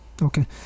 Okay